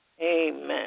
Amen